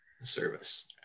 service